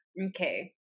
okay